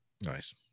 Nice